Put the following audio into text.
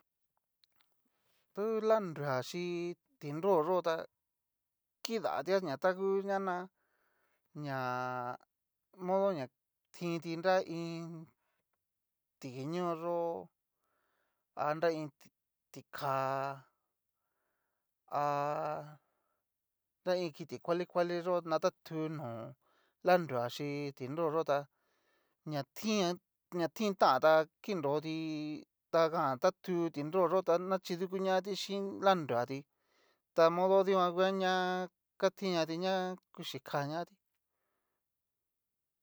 Ta ngu lia nrua xi tinroyo ta, kidatia ña ta ngu ña na ña modo ña tinti nra iin, tikiñoyó a nra iin ti ka, ha nra iin kiti kuali kuali yó na tatú no lanruachí tinroyo ta ñatian ña tintan kinro tí jan tatu ti nroyo na nachidiku ñati xin lia nruati ta modo dikuan nguña ka tin ñati na kuchi kañati.